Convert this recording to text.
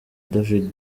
david